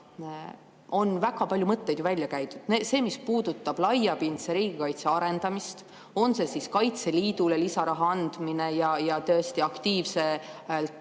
on väga palju mõtteid ju välja käidud: see, mis puudutab laiapindse riigikaitse arendamist, on see siis Kaitseliidule lisaraha andmine ja aktiivselt